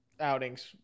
outings